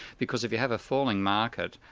because if you have a falling market,